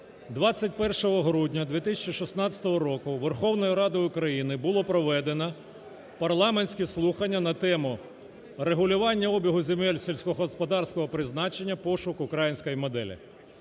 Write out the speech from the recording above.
21 грудня 2016 року Верховною Радою України було проведено парламентські слухання на тему: "Регулювання обігу земель сільськогосподарського призначення: пошук української моделі".